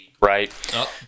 right